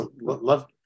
love